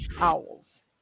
owls